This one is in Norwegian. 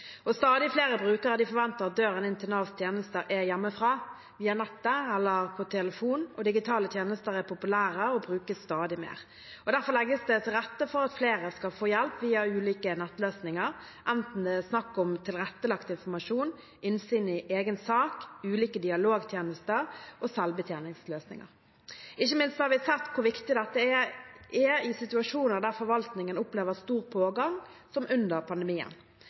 løsninger. Stadig flere brukere forventer at døren inn til Navs tjenester er hjemmefra – via nettet eller på telefonen – og digitale tjenester er populære og brukes stadig mer. Derfor legges det til rette for at flere skal få hjelp via ulike nettløsninger, enten det er snakk om tilrettelagt informasjon, innsyn i egen sak, ulike dialogtjenester eller selvbetjeningsløsninger. Ikke minst har vi sett hvor viktig dette er i situasjoner der forvaltningen opplever stor pågang, som under pandemien.